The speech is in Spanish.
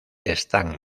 están